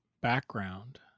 background